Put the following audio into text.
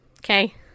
Okay